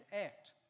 Act